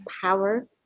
power